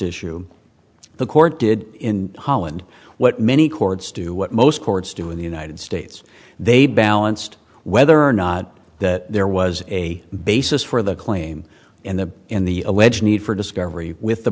issue the court did in holland what many courts do what most courts do in the united states they balanced whether or not that there was a basis for the claim and the and the alleged need for discovery with the